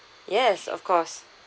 yes of course